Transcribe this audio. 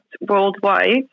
worldwide